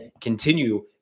continue